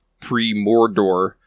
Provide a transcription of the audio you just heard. pre-mordor